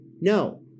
No